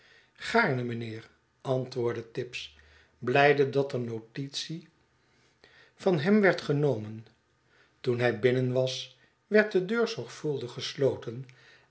gaarne mijnheer antwoordde tibbs blijde dat er notitie van hem werd genomen toen hij binnen was werd de deur zorgvuldig gesloten